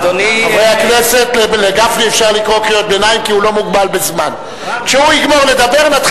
היום הזה היה צריך להיות בשבילי, כיושב-ראש ועדת